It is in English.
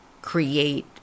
create